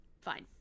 Fine